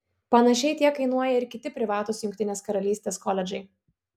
panašiai tiek kainuoja ir kiti privatūs jungtinės karalystės koledžai